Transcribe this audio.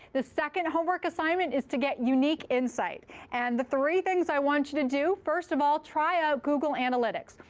the second homework assignment is to get unique insight. and the three things i want you to do, first of all, try out google analytics.